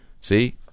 See